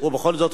ובכל זאת,